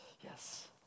Yes